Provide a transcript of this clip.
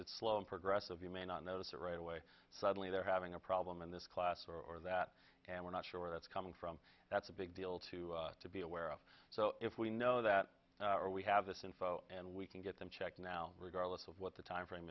it's slow and progressive you may not notice it right away suddenly they're having a problem in this class or that and we're not sure that's coming from that's a big deal to to be aware of so if we know that we have this info and we can get them checked now regardless of what the timeframe